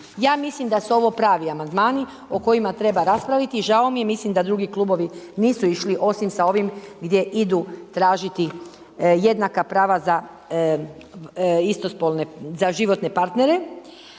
Ja mislim da su ovo pravi Amandmani o kojima treba raspraviti. Žao mi je, mislim da drugi klubovi nisu išli osim sa ovim gdje idu tražiti jednaka prava za životne partnere.